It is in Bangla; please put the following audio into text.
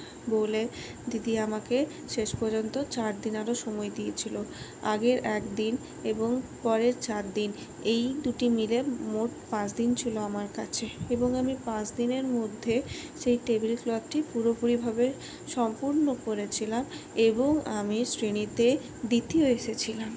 বলে দিদি আমাকে শেষ পর্যন্ত চারদিন আরও সময় দিয়েছিল আগের একদিন এবং পরের চারদিন এই দুটি মিলে মোট পাঁচদিন ছিল আমার কাছে এবং আমি পাঁচদিনের মধ্যে সেই টেবিলক্লথটি পুরোপুরিভাবে সম্পূর্ণ করেছিলাম এবং আমি শ্রেণীতে দ্বিতীয় এসেছিলাম